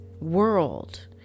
world